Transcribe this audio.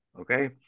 okay